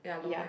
ya